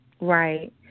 Right